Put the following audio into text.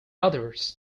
others